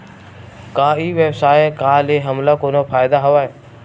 का ई व्यवसाय का ले हमला कोनो फ़ायदा हवय?